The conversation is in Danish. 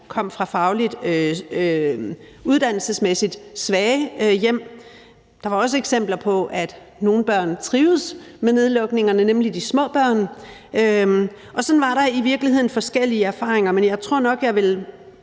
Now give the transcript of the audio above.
kom fra uddannelsesmæssigt svage hjem. Der var også eksempler på, at nogle børn trivedes med nedlukningerne, nemlig de små børn, og sådan var der i virkeligheden forskellige erfaringer. Men jeg tror nok, at jeg vil